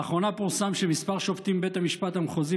לאחרונה פורסם שכמה שופטים מבית המשפט המחוזי